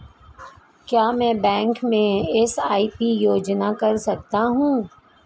क्या मैं बैंक में एस.आई.पी योजना कर सकता हूँ?